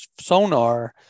sonar